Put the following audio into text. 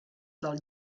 del